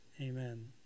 amen